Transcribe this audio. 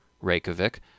Reykjavik